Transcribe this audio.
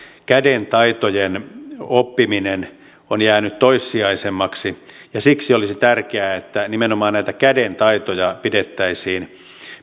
kädentaitojen oppiminen on jäänyt toissijaisemmaksi ja siksi olisi tärkeää että nimenomaan näitä kädentaitoja pidettäisiin